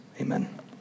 amen